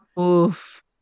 Oof